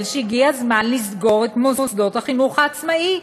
שהגיע הזמן לסגור את מוסדות החינוך העצמאי,